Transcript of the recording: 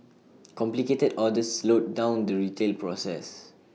complicated orders slowed down the retail process